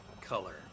color